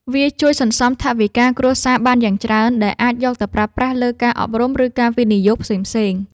វាជួយសន្សំថវិកាគ្រួសារបានយ៉ាងច្រើន ដែលអាចយកទៅប្រើប្រាស់លើការអប់រំ ឬការវិនិយោគផ្សេងៗ។